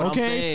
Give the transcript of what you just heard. Okay